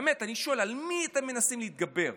באמת, אני שואל, על מי אתם מנסים להתגבר?